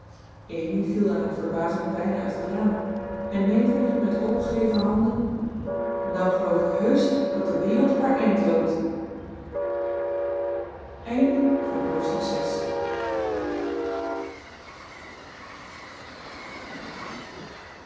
viel in haar verbazing bijna uit het raam en meta riep met opgeheven handen nou geloof ik heusch dat de wereld op haar eind loopt hoofdstuk